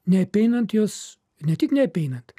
neapeinant jos ne tik neapeinant